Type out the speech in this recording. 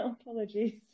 Apologies